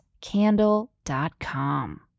Candle.com